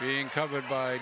being covered by